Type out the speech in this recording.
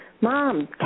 Mom